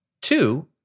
Two